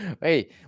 Hey